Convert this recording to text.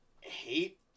hate